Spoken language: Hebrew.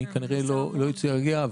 היא כנראה לא הצליחה להגיע,